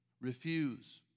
refuse